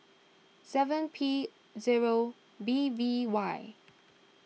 seven P zero B V Y